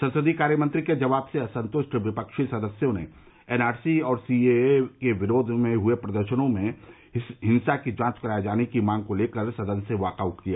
संसदीय कार्यमंत्री के जवाब से असंतृष्ट विपक्षी सदस्यों ने एनआरसी और सी ए ए के विरोध में हुए प्रदर्शनों में हिंसा की जांच कराये जाने की मांग को लेकर सदन से वाकआरूट कर दिया